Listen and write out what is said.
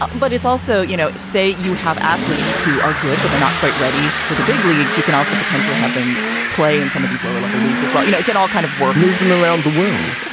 um but it's also, you know, say you have athletes who are good, but they're not quite ready for the big leagues. you can also potentially have them play in some of these lower level leagues as well. you know, can all kind of work move them around the world? yeah